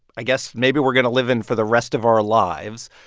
i guess, maybe we're going to live in for the rest of our lives.